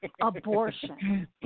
abortion